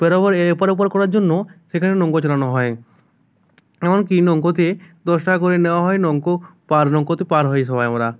পারাপারে এএপার ওপার করার জন্য সেখানে নৌকা চালানো হয় এমনকি নৌকোতে দশ টাকা করে নেওয়া হয় নৌকো পার নৌকোতে পার হই সবাই আমরা